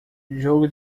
jogo